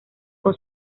con